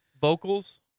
vocals